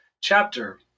chapter